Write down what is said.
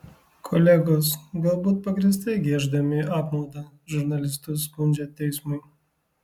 kolegos galbūt pagrįstai gieždami apmaudą žurnalistus skundžia teismui